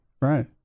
Right